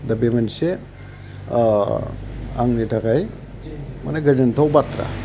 दा बे मोनसे आंनि थाखाय माने गोजोनथाव बाथ्रा